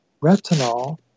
retinol